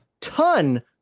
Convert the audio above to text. ton